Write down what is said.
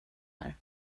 här